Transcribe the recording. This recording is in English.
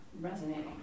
resonating